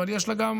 אבל יש לה גם